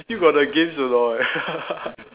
you still got the games or not